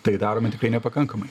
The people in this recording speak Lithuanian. tai darome tikrai nepakankamai